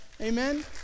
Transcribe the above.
Amen